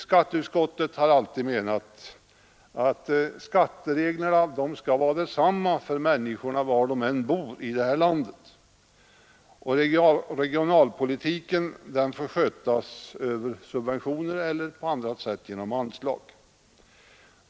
Skatteutskottet har alltid förfäktat att skattereglerna skall gälla lika för alla människor, oavsett var de bor här i landet, och regionalpolitiken får skötas över subventioner eller på annat sätt, t.ex. anslagsvägen.